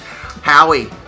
Howie